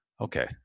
okay